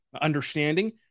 understanding